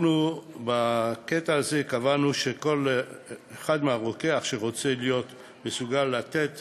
אנחנו בקטע הזה קבענו שכל אחד מהרוקחים שרוצה להיות מסוגל לתת